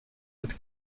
that